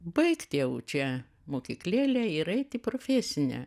baigt jau čia mokyklėlę ir eit į profesinę